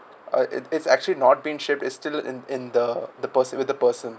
uh it it's actually not being shipped it's still in in the the person with the person